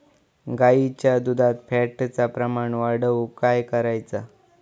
गाईच्या दुधात फॅटचा प्रमाण वाढवुक काय करायचा?